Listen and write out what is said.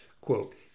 quote